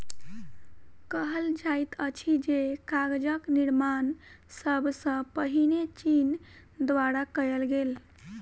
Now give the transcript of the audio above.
कहल जाइत अछि जे कागजक निर्माण सब सॅ पहिने चीन द्वारा कयल गेल